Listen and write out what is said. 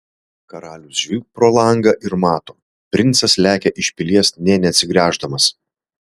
karalius žvilgt pro langą ir mato princas lekia iš pilies nė neatsigręždamas